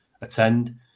attend